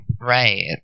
right